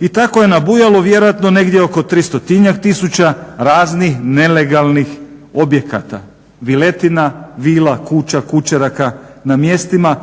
I tako je nabujalo vjerojatno negdje oko 300-njak tisuća raznih nelegalnih objekata, viletina, vila, kuća, kućeraka na mjestima